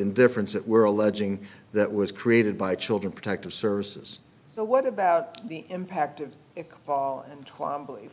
indifference that were alleging that was created by children protective services so what about the impact of it taught